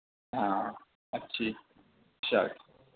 ہاں اچھی اچھا